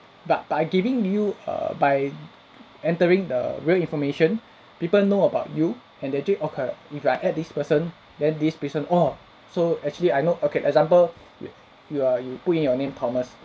but by giving you err by entering the real information people know about you and they actually okay if I add this person then this person oh so actually I know okay example you you err you put in your name thomas